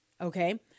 Okay